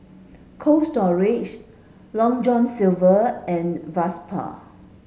Cold Storage Long John Silver and Vespa